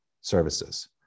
services